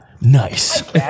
Nice